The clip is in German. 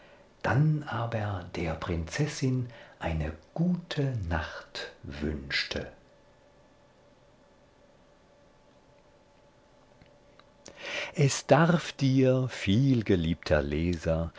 dann aber der prinzessin eine gute nacht wünschte es darf dir vielgeliebter leser